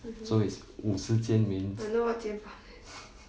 so it's 五十肩 means